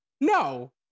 no